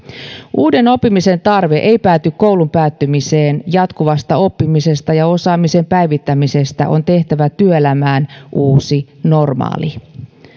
uuden oppimisen tarve ei pääty koulun päättymiseen jatkuvasta oppimisesta ja osaamisen päivittämisestä on tehtävä työelämään uusi normaali